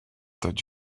that